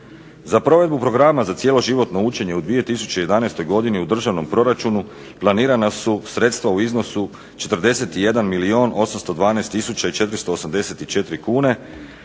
Za provedbu programa za cjeloživotno učenje u 2011. godini u državnom proračunu planirana su sredstva u iznosu 41 milijun